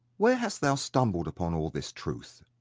where hast thou stumbled upon all this truth?